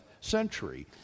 century